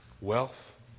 Wealth